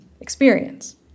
experience